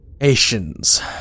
Asians